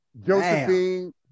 Josephine